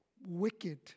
wicked